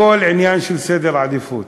הכול עניין של סדר עדיפויות.